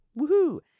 woohoo